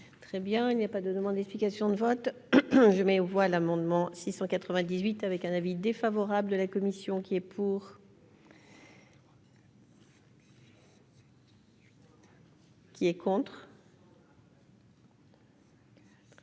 Très bien, il n'y a pas de demande d'explication de vote je mets aux voix l'amendement 698 avec un avis défavorable de la commission qui est pour. Qui est contre.